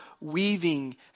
weaving